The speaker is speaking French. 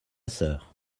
sœur